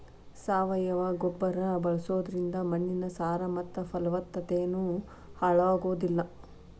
ಸಾವಯವ ರಸಗೊಬ್ಬರ ಬಳ್ಸೋದ್ರಿಂದ ಮಣ್ಣಿನ ಸಾರ ಮತ್ತ ಪಲವತ್ತತೆನು ಹಾಳಾಗೋದಿಲ್ಲ